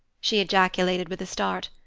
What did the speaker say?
she ejaculated, with a start.